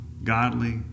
Godly